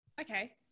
Okay